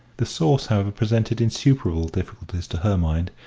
the sauce, however, presented insuperable difficulties to her mind,